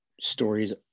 stories